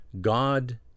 God